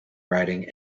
riding